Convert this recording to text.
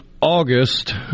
August